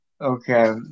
Okay